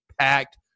packed